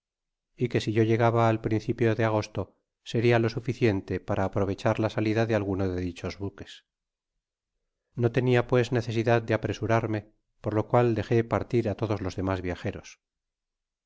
y que si yo llegaba al principio de agosto seria lo suficiente para aprovechar la salida de alguno de dichos buques no tenia pues necesidad de apresurarme por lo cual dejó partir á todos los demas viajeros